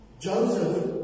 Joseph